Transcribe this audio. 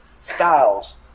styles